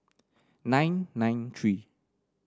nine nine three